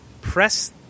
press